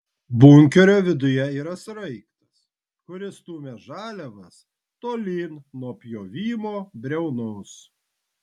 bunkerio viduje yra sraigtas kuris stumia žaliavas tolyn nuo pjovimo briaunos